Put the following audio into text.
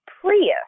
Prius